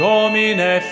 Domine